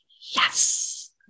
yes